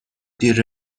دیر